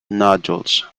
nodules